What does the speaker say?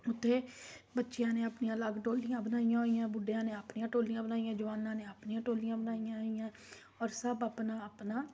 ਉੱਥੇ ਬੱਚਿਆਂ ਨੇ ਆਪਣੀਆਂ ਅਲੱਗ ਟੋਲੀਆਂ ਬਣਾਈਆਂ ਹੋਈਆਂ ਬੁੱਢਿਆਂ ਨੇ ਆਪਣੀਆਂ ਟੋਲੀਆਂ ਬਣਾਈਆਂ ਜਵਾਨਾਂ ਨੇ ਆਪਣੀਆਂ ਟੋਲੀਆਂ ਬਣਾਈਆਂ ਹੋਈਆ ਔਰ ਸਭ ਆਪਣਾ ਆਪਣਾ